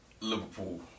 liverpool